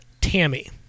Tammy